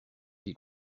qui